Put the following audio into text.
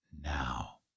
now